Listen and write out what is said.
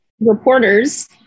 reporters